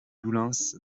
doullens